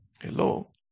Hello